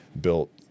built